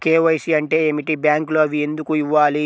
KYC అంటే ఏమిటి? బ్యాంకులో అవి ఎందుకు ఇవ్వాలి?